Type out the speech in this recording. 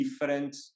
different